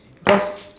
cause